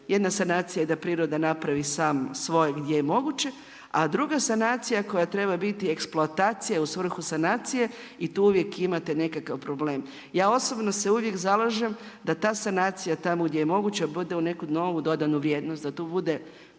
jedna sanacija je da priroda napravi sam svoj gdje je moguće, a druga sanacija koja treba biti eksploatacija je u svrhu sanacije i tu uvijek imate nekakav problem. Ja osobno se uvijek zalažem, da ta sanacija, tamo gdje je moguća bude u neku novu dodanu vrijednost, da to bude,